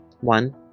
one